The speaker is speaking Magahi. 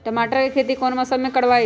टमाटर की खेती कौन मौसम में करवाई?